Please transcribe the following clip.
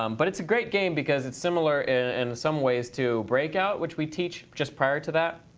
um but it's a great game because it's similar in some ways to breakout which we teach just prior to that,